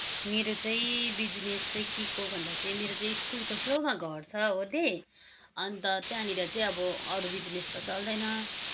मेरो चाहिँ बिजनेस चाहिँ के को भन्दा मेरो चाहिँ स्कुलको छेउमा घर छ हो दिदी अन्त त्यहाँनिर चाहिँ अब अरू बिजनेस त चल्दैन